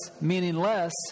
meaningless